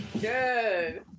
Good